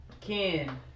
ken